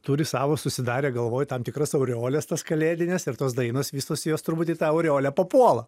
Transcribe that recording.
turi savo susidarę galvoj tam tikras aureoles tas kalėdines ir tos dainos visos jos turbūt į tą aureolę papuola